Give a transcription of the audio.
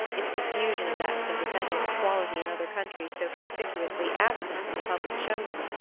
its diffusion of that sympathetic quality in other countries so conspicuously absent from the public show-room,